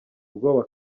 ubwoba